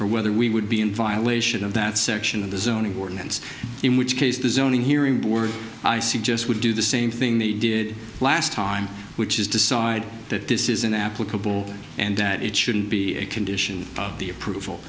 or whether we would be in violation of that section of the zoning ordinance in which case the zoning hearing board i suggest would do the same thing they did last time which is decide that this isn't applicable and that it shouldn't be a condition of the approval